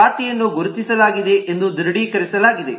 ಖಾತೆಯನ್ನು ಗುರುತಿಸಲಾಗಿದೆ ಎಂದು ದೃಢಿಕರಿಸಲಾಗಿದೆ